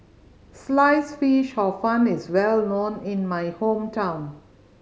Sliced Fish Hor Fun is well known in my hometown